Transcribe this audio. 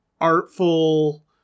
artful